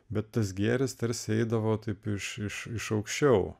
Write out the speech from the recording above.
bet tas gėris tarsi eidavo taip iš aukščiau